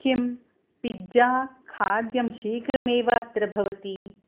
किं पिज़्ज़ा खाद्यं शीघ्रमेव अत्र भवति